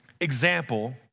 example